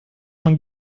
man